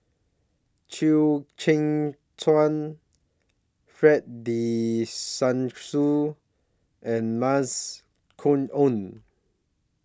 Chew Kheng Chuan Fred De and Mavis Khoo Oei